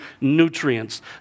nutrients